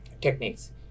techniques